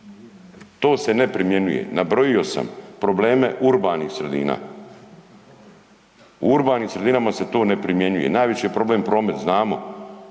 To se ne primjenjuje. Nabrojio sam probleme urbanih sredina. U urbanim sredinama se to ne primjenjuje. Najveći je problem promet. Znamo.